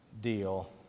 deal